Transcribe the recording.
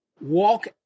walk